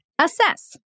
assess